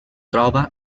troba